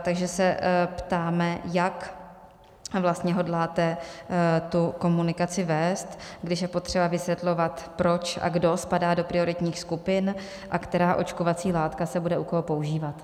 Takže se ptáme, jak vlastně hodláte tu komunikaci vést, když je potřeba vysvětlovat proč a kdo spadá do prioritních skupin a která očkovací látka se bude u koho používat.